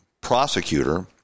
prosecutor